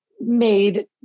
made